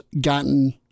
gotten